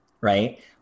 right